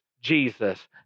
Jesus